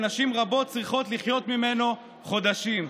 ונשים רבות צריכות לחיות ממנו חודשים.